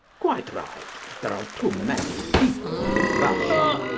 quite right. there are too many people in russia,